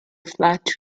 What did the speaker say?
flat